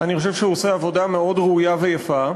אני חושב שהוא עושה עבודה מאוד ראויה ויפה.